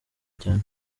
cyane